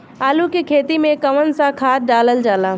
आलू के खेती में कवन सा खाद डालल जाला?